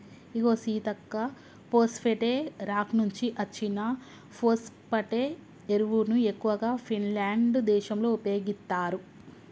ఇగో Seethakka phosphate rock నుంచి అచ్చిన phosphate ఎరువును ఎక్కువగా ఫిన్లాండ్ దేశంలో ఉపయోగిత్తారు